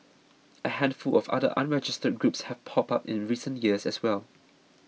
a handful of other unregistered groups have popped up in recent years as well